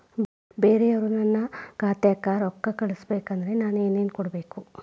ಬ್ಯಾರೆ ಅವರು ನನ್ನ ಖಾತಾಕ್ಕ ರೊಕ್ಕಾ ಕಳಿಸಬೇಕು ಅಂದ್ರ ನನ್ನ ಏನೇನು ಕೊಡಬೇಕು?